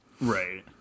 Right